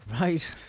right